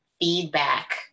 feedback